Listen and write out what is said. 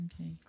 Okay